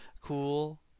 Cool